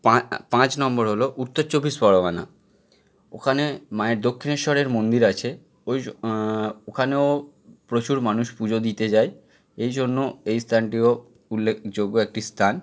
পাঁ পাঁচ নম্বর হলো উত্তর চব্বিশ পরগনা ওখানে মায়ের দক্ষিণেশ্বরের মন্দির আছে ওই যো ওখানেও প্রচুর মানুষ পুজো দিতে যায় এই জন্য এই স্থানটিও উল্লেখযোগ্য একটি স্থান